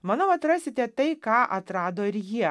manau atrasite tai ką atrado ir jie